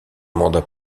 mandat